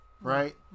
Right